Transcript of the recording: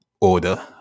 order